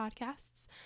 podcasts